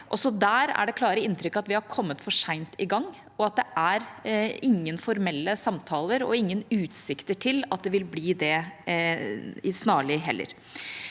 der er det klare inntrykket at vi har kommet for sent i gang, og at det er ingen formelle samtaler og heller ingen utsikter til at det vil bli det snarlig. Det er